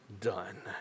done